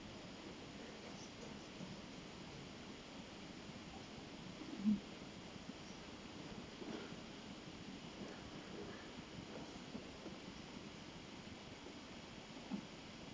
mm